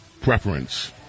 preference